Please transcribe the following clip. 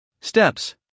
Steps